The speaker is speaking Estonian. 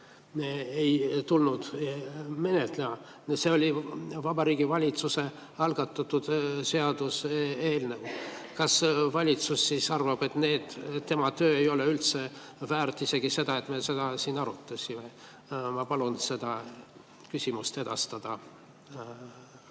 ei tuldud menetlema, olid Vabariigi Valitsuse algatatud seaduseelnõud. Kas valitsus arvab, et tema töö ei ole üldse väärt isegi seda, et me siin arutaksime? Ma palun see küsimus edastada